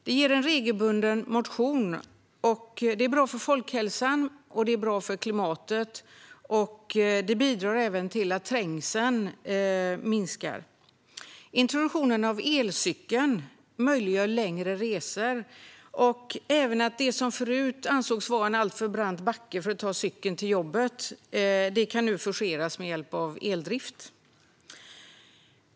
Det ger regelbunden motion och är bra för folkhälsan liksom för klimatet. Det bidrar även till att trängseln minskar. Introduktionen av elcykeln möjliggör längre resor. Det som förut ansågs vara en alltför brant backe för att man skulle vilja ta cykeln till jobbet kan nu forceras med hjälp av eldrift.